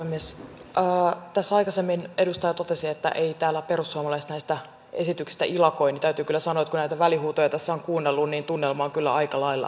kun tässä aikaisemmin edustaja totesi että eivät täällä perussuomalaiset näistä esityksistä ilakoi niin täytyy kyllä sanoa että kun näitä välihuutoja tässä on kuunnellut niin tunnelma on kyllä aika lailla toisenlainen